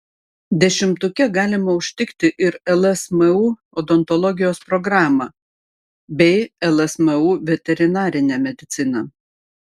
dešimtuke galima užtikti ir lsmu odontologijos programą bei lsmu veterinarinę mediciną